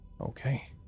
Okay